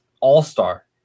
all-star